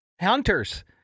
Hunters